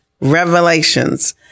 Revelations